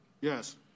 Yes